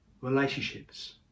relationships